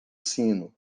sino